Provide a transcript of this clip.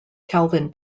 calvin